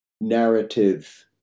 narrative